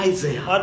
Isaiah